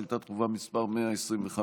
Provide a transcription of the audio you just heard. שאילתה דחופה מס' 125,